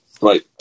Right